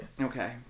Okay